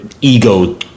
ego